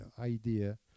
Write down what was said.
idea